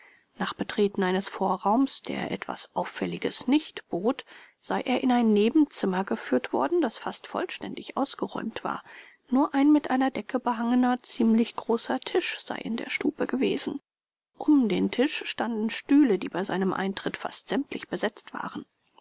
nach betreten eines vorraums der etwas auffälliges nicht bot sei er in ein nebenzimmer geführt worden das fast vollständig ausgeräumt war nur ein mit einer decke behangener ziemlich großer tisch sei in der stube gewesen um den tisch standen stühle die bei seinem eintritt fast sämtlich besetzt waren